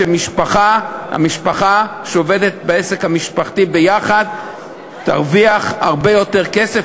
שמשפחה שעובדת בעסק המשפחתי ביחד תרוויח הרבה יותר כסף,